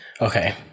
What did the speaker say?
Okay